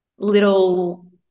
little